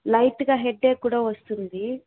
లైట్గా హెడ్ఏక్ కూడా వస్తుంది